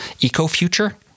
eco-future